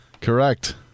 Correct